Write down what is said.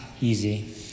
easy